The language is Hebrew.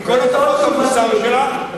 עם כל הטפות המוסר שלך,